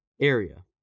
area